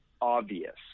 obvious